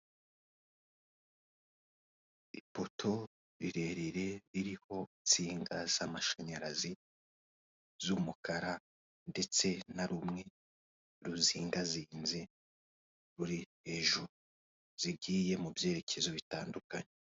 Ipoto rirerire ririho nsinga z'amashanyarazi z'umukara ndetse na rumwe ruzingazinze ruri hejuru zigiye mu byerekezo bitandukanye.